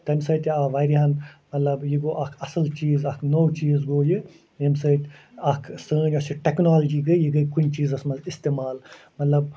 تَمہِ سۭتۍ آو وارِیاہن مطلب یہِ گوٚو اکھ اَصٕل چیٖز اکھ نوٚو چیٖز گوٚو یہِ ییٚمہِ سۭتۍ اکھ سٲنۍ یۄس یہِ ٹٮ۪کنالجی گٔے یہِ گٔے کُنہِ چیٖزس منٛز استعمال مطلب